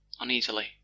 uneasily